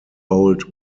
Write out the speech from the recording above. old